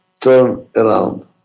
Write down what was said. turnaround